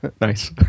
Nice